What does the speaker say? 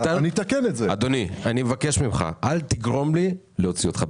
אל תגרום לי להוציא אותך.